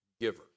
giver